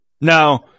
Now